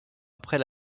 après